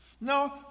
No